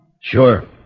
Sure